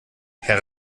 herr